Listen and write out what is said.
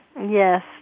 Yes